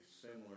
similar